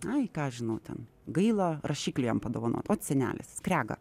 ai ką aš žinau ten gaila rašiklį jam padovanot ot senelis skrega